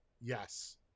Yes